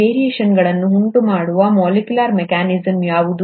ಈ ವೇರಿಯೇಷನ್ಗಳನ್ನು ಉಂಟುಮಾಡುವ ಮಾಲಿಕ್ಯೂಲರ್ ಮೆಕ್ಯಾನಿಸಮ್ ಯಾವುದು